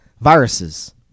Viruses